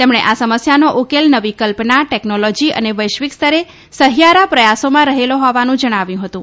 તેમણે આ સમસ્યાનો ઉકેલ નવી કલ્પના ટેકનોલોજી અને વૈશ્વિક સ્તરે સહિયારા પ્રયાસોમાં રહેલો હોવાનું જણાવ્યું હતું